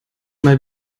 mal